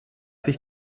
sich